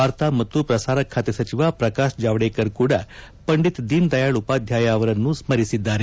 ವಾರ್ತಾ ಮತ್ತು ಪ್ರಸಾರ ಖಾತೆ ಸಚಿವ ಪ್ರಕಾಶ್ ಜಾವದೇಕರ್ ಕೂಡ ಪಂಡಿತ್ ದೀನ್ ದಯಾಳ್ ಉಪಾಧ್ಯಾಯ ಅವರನ್ನು ಸ್ಮರಿಸಿದ್ದಾರೆ